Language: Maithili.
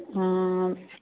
हँ